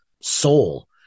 soul